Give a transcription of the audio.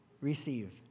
receive